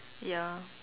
ya